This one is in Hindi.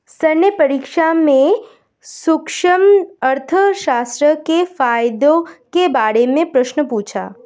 सर ने परीक्षा में सूक्ष्म अर्थशास्त्र के फायदों के बारे में प्रश्न पूछा